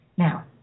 Now